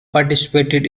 participated